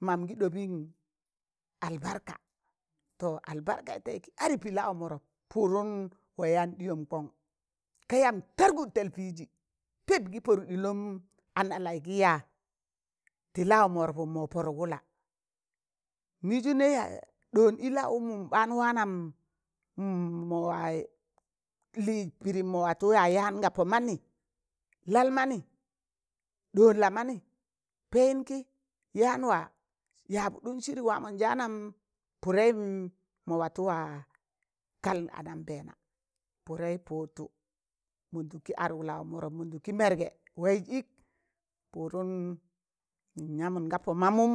Mam gị ɗọbịn albarka to albarkai taịzẹ kan adị pịị lawọm wọrọp pụdụn wa yaan ɗịyọm kọn, ka yamb tụrgụd tẹll pịịzi,̣ pịp gị pọdụk ɗilọm ana laị gị ya tị lawọn wọrọpụm mọ pụdụk wụla, mịịzụnẹ ya ɗọọn ị laụwụm ɓaan waanan m mọ wa yaz lịịz pịdịm mọ watụ wa yaan ga pọ manị, laị manị, ɗọọn la manị, payịn kị, yaan wa yabụdụn shiri wamọnjaanam pụdẹm mọ watụ wa kal anambẹẹma, pụdẹị pụụdtụ, mọndụk kị adụk lawọn wọrop, mọndụk kị mẹrgẹ waịz ịk, pudun mịn yamụn ga pọ mamụm